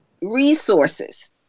resources